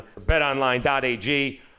betonline.ag